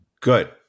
Good